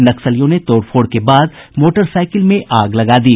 नक्सलियों ने तोड़फोड़ के बाद मोटरसाईकिल में आग लगा दी